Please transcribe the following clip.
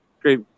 great